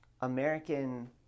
American